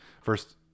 first